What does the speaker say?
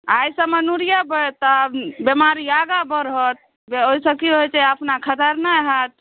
आ एहिसभमे नुरिएबै तऽ बेमारी आगाँ बढ़त तऽ ओहिसँ की होइ छै अपना खतरनाक हैत